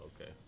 okay